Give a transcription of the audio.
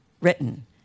written